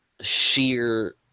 sheer